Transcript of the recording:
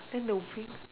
then the wings